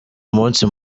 umunsi